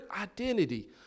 identity